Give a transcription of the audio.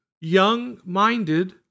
young-minded